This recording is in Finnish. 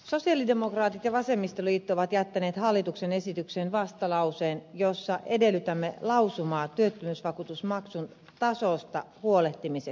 sosialidemokraatit ja vasemmistoliitto ovat jättäneet hallituksen esitystä koskevaan mietintöön vastalauseen jossa edellytämme lausumaa työttömyysvakuutusmaksun tasosta huolehtimiseksi